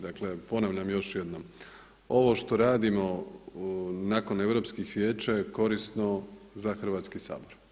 Dakle, ponavljam još jednom ovo što radimo nakon Europskih vijeća je korisno za Hrvatski sabor.